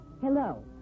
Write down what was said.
Hello